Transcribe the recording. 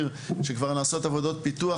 שכבר נעשות שם עבודות פיתוח.